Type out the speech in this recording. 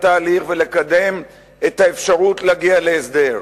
התהליך ולקדם את האפשרות להגיע להסדר,